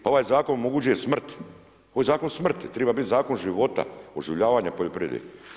Pa ovaj zakon omogućuje smrt, ovaj zakon je zakon smrti, triba biti zakon života, oživljavanja poljoprivrede.